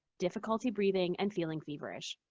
difficulty breathing and feeling feverish.